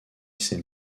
ses